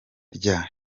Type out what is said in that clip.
rya